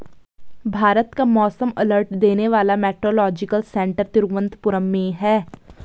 भारत का मौसम अलर्ट देने वाला मेट्रोलॉजिकल सेंटर तिरुवंतपुरम में है